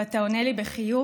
ואתה עונה לי בחיוך: